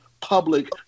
public